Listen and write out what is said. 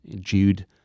Jude